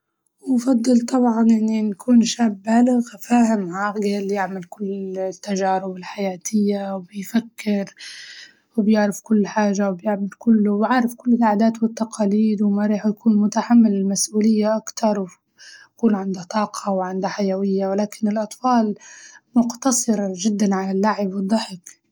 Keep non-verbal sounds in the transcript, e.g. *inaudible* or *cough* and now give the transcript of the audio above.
أفضل طبعاً إني نكون شاب بالغ فاهم عاقل يعمل كل ال- *hesitation* تجارب الحياتية ويفكر، وبيعرف كل حاجة وبيعمل كله وعارف كل العادات والتقاليد ومرح ويكون متحمل المسئولية أكتر، يكون عنده طاقة وعنده حيوية ولكن الأطفال مقتصرة جداً على اللعب والضحك.